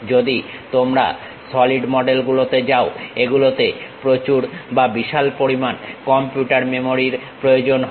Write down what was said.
যদি তোমরা solid model গুলোতে যাও এগুলোতে প্রচুর বা বিশাল পরিমাণ কম্পিউটার মেমোরি এর প্রয়োজন হয়